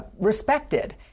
respected